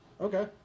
Okay